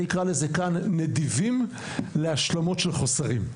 אני אקרא לזה כאן נדיבים להשלמות של חוסרים.